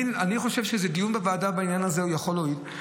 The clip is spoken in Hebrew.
אני חושב שדיון בוועדה בעניין הזה יכול להועיל,